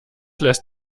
lässt